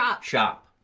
shop